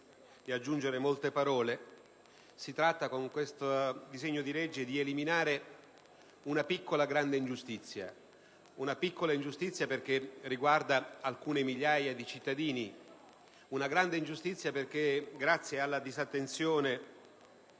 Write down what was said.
di aggiungere molte parole. Si tratta, con questo disegno di legge, di eliminare una piccola grande ingiustizia: una piccola ingiustizia, perché riguarda alcune migliaia di cittadini; una grande ingiustizia perché, grazie alla disattenzione